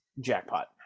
jackpot